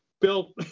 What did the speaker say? Bill